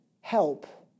help